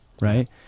right